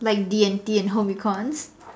like D N T and home econ